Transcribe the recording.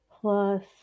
plus